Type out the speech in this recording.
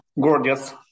gorgeous